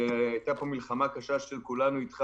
והייתה פה מלחמה קשה של כולנו אתך